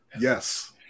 Yes